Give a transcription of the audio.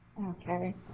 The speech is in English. okay